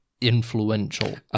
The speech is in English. influential